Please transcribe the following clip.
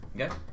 Okay